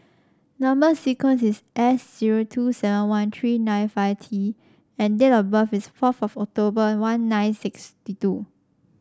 number sequence is S zero two seven one three nine five T and date of birth is four for October one nine six two